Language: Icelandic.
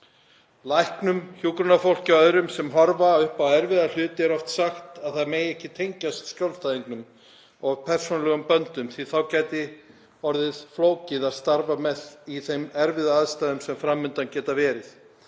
Læknum, hjúkrunarfólki og öðrum sem horfa upp á erfiða hluti er oft sagt að þau megi ekki tengjast skjólstæðingum of persónulegum böndum því að þá gæti orðið flókið að starfa með þeim í þeim erfiðu aðstæðum sem fram undan geta verið.